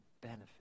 benefit